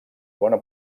bona